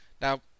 Now